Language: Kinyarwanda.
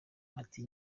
ati